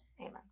amen